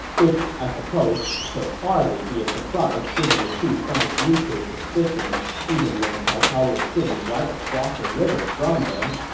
which, i suppose, could hardly be a surprise given the two sides' mutual suspicions even when cao cao was sitting right across the river from them.